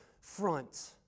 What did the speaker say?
front